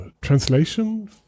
translation